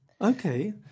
Okay